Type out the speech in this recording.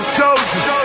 soldiers